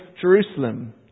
Jerusalem